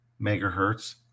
megahertz